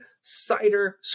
cider